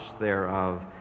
thereof